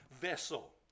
vessel